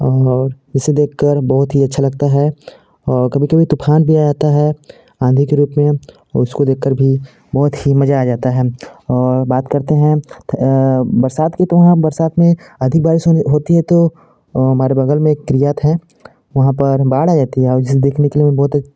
और इसे देखकर बहुत ही अच्छा लगता है और कभी कभी तूफ़ान भी आ जाता है आंधी के रूप में उसको देखकर भी बहुत ही मज़ा आ जाता है और बात करते हैं बरसात की तो वहाँ बरसात में अधिक बारिश होज होती है तो हमारे बगल में एक है वहाँ पर बाढ़ आ जाती है और जिसे देखने के लिए मैं बहुत